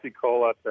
Cola